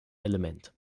element